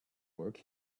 work